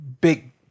big